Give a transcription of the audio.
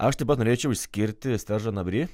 aš taip pat norėčiau išskirti stežą nabri